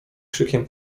krzykiem